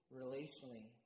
relationally